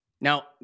Now